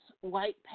white